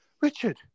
Richard